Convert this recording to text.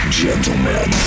gentlemen